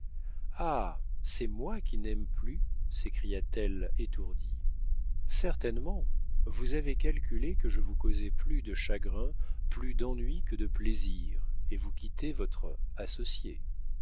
ah c'est moi qui n'aime plus s'écria-t-elle étourdie certainement vous avez calculé que je vous causais plus de chagrins plus d'ennuis que de plaisirs et vous quittez votre associé